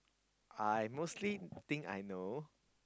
I mostly think I know